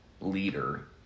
leader